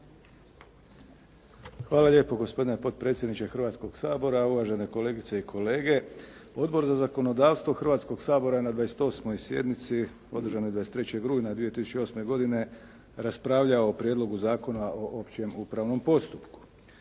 Hvala lijepo gospodine potpredsjedniče Hrvatskog sabora, uvažene kolegice i kolege. Odbor za zakonodavstvo Hrvatskog sabora na 28. sjednici održanoj 23. rujna 2008. godine raspravljao o Prijedlogu zakona o općem upravnom postupku.